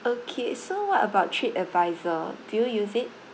okay so what about tripadvisor do you use it